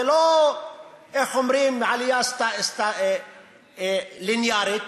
זו לא עלייה לינארית,